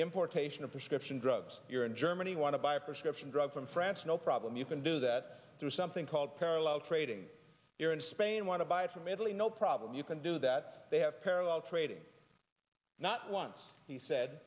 importation of prescription drugs here in germany want to buy a prescription drug from france no problem you can do that through something called parallel trading here in spain want to buy it from italy no problem you can do that they have parallel trading not once he said